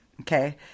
okay